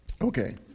Okay